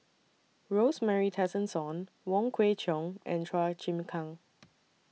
Rosemary Tessensohn Wong Kwei Cheong and Chua Chim Kang